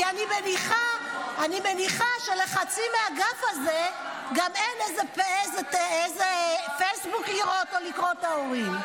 אני מניחה שלחצי מהאגף הזה אין איזה פייסבוק לראות או לקרוא את ההורים.